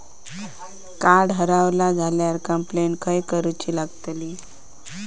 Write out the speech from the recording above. Card हरवला झाल्या complaint खय करूची लागतली?